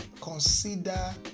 consider